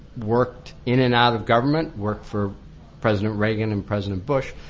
worked in and out of government. worked for president reagan and president bush,